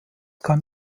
kann